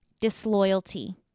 disloyalty